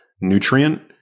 nutrient